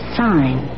sign